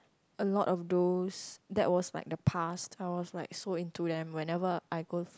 a lot of those that was like in the past I was like so into them whenever I go